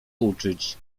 uczyć